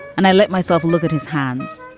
and i let myself look at his hands.